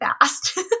fast